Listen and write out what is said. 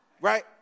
Right